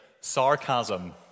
sarcasm